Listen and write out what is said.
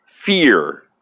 Fear